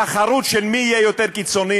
תחרות של מי יהיה יותר קיצוני?